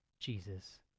Jesus